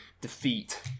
defeat